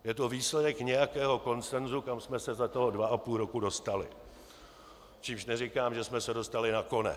Je to výsledek nějakého konsensu, kam jsme se za toho dva a půl roku dostali, čímž neříkám, že jsme se dostali na konec.